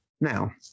Now